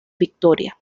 victoria